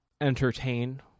entertain